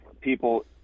people